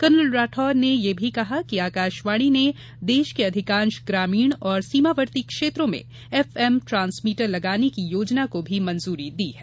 colonel Rathore ने यह भी कहा कि आकाशवाणी ने देश के अधिकांश ग्रामीण और सीमावर्ती क्षेत्रों में एफएम ट्रांसमीटर लगाने की योजना को भी मंजूरी दी है